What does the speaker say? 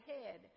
ahead